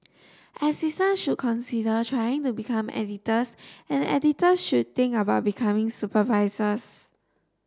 assistant should consider trying to become editors and editors should think about becoming supervisors